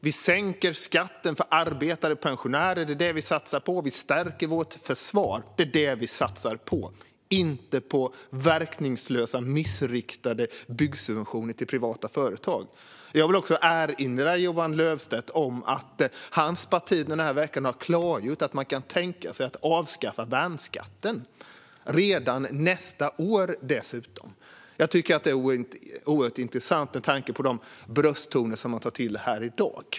Vi sänker skatten för arbetare och pensionärer, det är det vi satsar på. Vi stärker vårt försvar, det är det vi satsar på. Vi satsar inte på verkningslösa, missriktade byggsubventioner till privata förtag. Jag vill också erinra Johan Löfstrand om att hans parti under den här veckan har klargjort att man kan tänka sig att avskaffa värnskatten, dessutom redan nästa år. Jag tycker att det är oerhört intressant med tanke på de brösttoner som man tar till här i dag.